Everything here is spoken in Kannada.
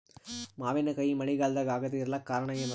ಮಾವಿನಕಾಯಿ ಮಳಿಗಾಲದಾಗ ಆಗದೆ ಇರಲಾಕ ಕಾರಣ ಏನದ?